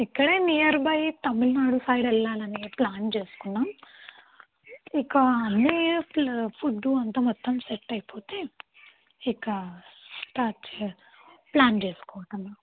ఇక్కడే nearby Tamil Nadu side plan ప్లాన్ చేసుకున్నాం ఇక అన్ని ఫుడు అంతా మొత్తం సెట్ అయిపోతే ఇక స్టార్ట్ చే ప్లాన్ చేసుకోవటమే